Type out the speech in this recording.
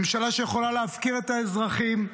ממשלה שיכולה להפקיר את האזרחים,